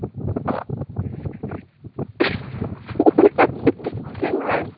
ହଉ ନାଇଁ